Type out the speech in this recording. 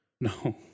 No